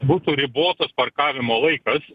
būtų ribotas parkavimo laikas